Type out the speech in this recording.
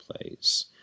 plays